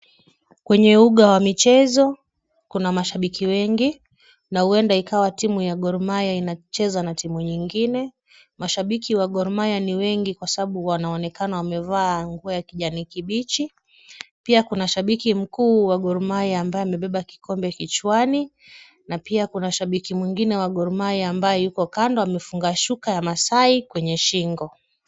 Kwenye uga wa michezo kuna mashabiki wengi na huenda ikawa timu ya Gor Mahia inacheza na timu ingine, mashabiki wa Gor Mahia ni wengi kwa sababu wanaonekana wamevaa nguo ya kijani kibichi, pia kuna shabiki mkuu wa Gor Mahia ambaye amebeba kikombe kichwani na pia kuna shabiki mwingine wa Gor Mahia ambaye yuko kando amefunga shuka ya masai kwenye shingo.